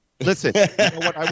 Listen